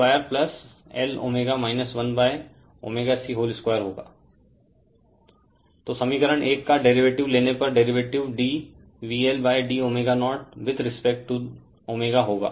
Refer Slide Time 1352 तो समीकरण 1 का डेरीवेटिव लेने पर derivative d VLd ω0 with respect to ω होगा